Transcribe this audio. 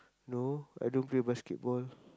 no I don't play basketball